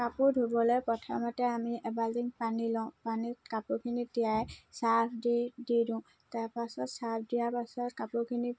কাপোৰ ধুবলৈ প্ৰথমতে আমি এবাল্টিং পানী লওঁ পানীত কাপোৰখিনি তিয়াই চাৰ্ফ দি দি দিওঁ তাৰপাছত চাৰ্ফ দিয়াৰ পাছত কাপোৰখিনি